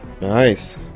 Nice